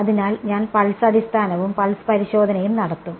അതിനാൽ ഞാൻ പൾസ് അടിസ്ഥാനവും പൾസ് പരിശോധനയും നടത്തും